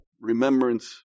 remembrance